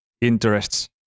interests